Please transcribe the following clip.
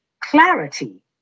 clarity